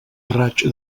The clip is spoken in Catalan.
raig